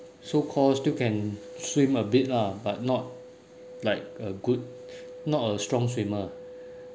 so cause still can swim a bit lah but not like a good not a strong swimmer